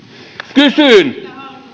kysyn